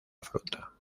fruta